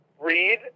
read